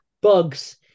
bugs